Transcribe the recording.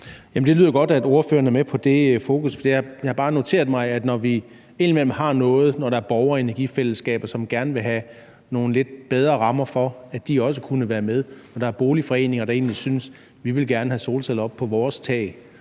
Det lyder godt, at ordføreren er med på det fokus. Jeg har bare noteret mig, at når der indimellem er borgerenergifællesskaber, som gerne vil have nogle lidt bedre rammer for, at de også kunne være med, og når der er boligforeninger, der egentlig gerne vil have solceller på deres tage